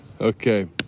Okay